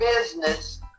business